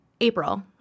April